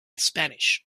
spanish